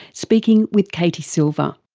speaking with katie silver.